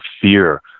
fear